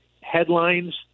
headlines